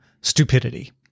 stupidity